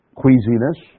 queasiness